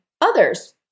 others